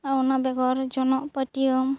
ᱚᱱᱟ ᱵᱮᱜᱚᱨ ᱡᱚᱱᱚᱜ ᱯᱟᱹᱴᱤᱭᱟᱹᱢ